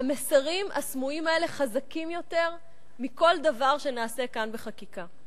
המסרים הסמויים האלה חזקים יותר מכל דבר שנעשה כאן בחקיקה.